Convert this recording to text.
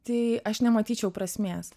tai aš nematyčiau prasmės